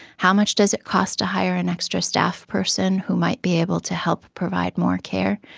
how much does it cost to hire an extra staff person who might be able to help provide more care?